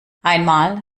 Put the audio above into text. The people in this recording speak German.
einmal